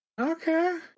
Okay